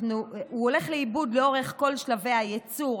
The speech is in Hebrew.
הוא הולך לאיבוד לאורך כל שלבי הייצור,